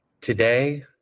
today